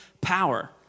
power